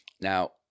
Now